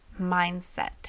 mindset